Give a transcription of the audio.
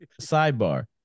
Sidebar